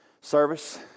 service